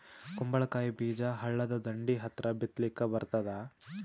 ಕುಂಬಳಕಾಯಿ ಬೀಜ ಹಳ್ಳದ ದಂಡಿ ಹತ್ರಾ ಬಿತ್ಲಿಕ ಬರತಾದ?